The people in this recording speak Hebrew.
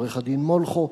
עורך-הדין מולכו,